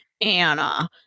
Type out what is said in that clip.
Anna